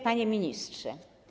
Panie Ministrze!